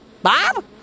Bob